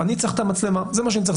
אני צריך את המצלמה; זה מה שצריך,